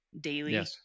daily